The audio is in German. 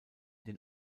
den